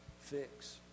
fix